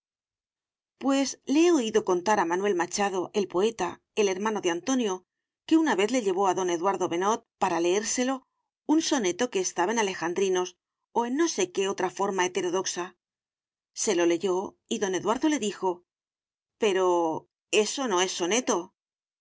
pues le he oído contar a manuel machado el poeta el hermano de antonio que una vez le llevó a don eduardo benot para leérselo un soneto que estaba en alejandrinos o en no sé qué otra forma heterodoxa se lo leyó y don eduardo le dijo pero eso no es soneto